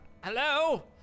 Hello